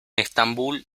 estambul